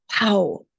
wow